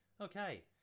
okay